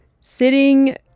sitting